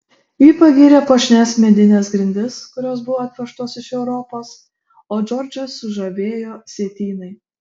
ji pagyrė puošnias medines grindis kurios buvo atvežtos iš europos o džordžą sužavėjo sietynai